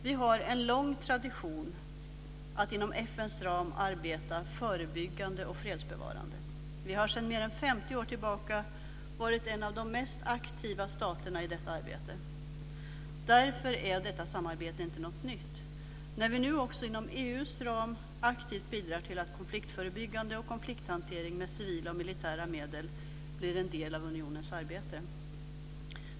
Vi har en lång tradition att inom FN:s ram arbeta förebyggande och fredsbevarande. Vi har sedan mer än 50 år tillbaka varit en av de mest aktiva staterna i detta arbete. Därför är inte detta samarbete något nytt. Nu också inom EU:s ram bidrar vi aktivt till att konfliktförebyggande och konflikthatering med civila och militära medel blir en del av unionens arbete.